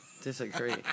disagree